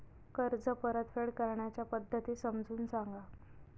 कर्ज परतफेड करण्याच्या पद्धती समजून सांगा